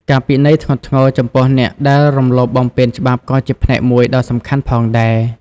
ការពិន័យធ្ងន់ធ្ងរចំពោះអ្នកដែលរំលោភបំពានច្បាប់ក៏ជាផ្នែកមួយដ៏សំខាន់ផងដែរ។